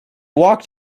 walked